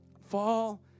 Fall